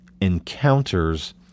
encounters